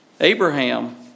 Abraham